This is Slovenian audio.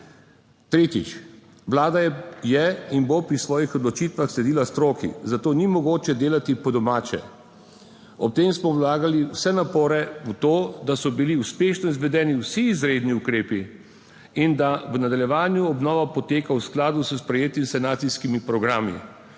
Tretjič, Vlada je in bo pri svojih odločitvah sledila stroki, zato ni mogoče delati po domače. Ob tem smo vlagali vse napore v to, da so bili uspešno izvedeni vsi izredni ukrepi in da v nadaljevanju obnova poteka v skladu s sprejetimi sanacijskimi programi.